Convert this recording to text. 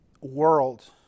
world